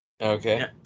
okay